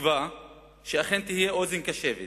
בתקווה שאכן תהיה אוזן קשבת